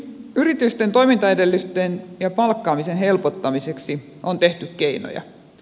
yritysten toimintaedellytysten ja palkkaamisen helpottamiseksi on tehty keinoja